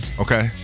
Okay